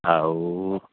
ଆଉ